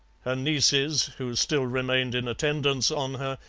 her nieces, who still remained in attendance on her,